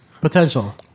potential